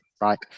right